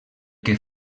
que